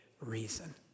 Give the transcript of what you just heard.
reason